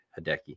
Hideki